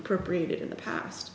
appropriated in the past